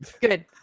good